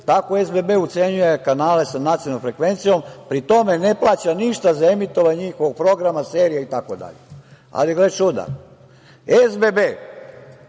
Tako SBB ucenjuje kanale sa nacionalnom frekvencijom, pri tome ne plaća ništa za emitovanje njihovog programa, serija itd. Ali, gle čuda, SBB